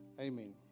Amen